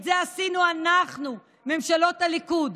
את זה עשינו אנחנו, ממשלות הליכוד.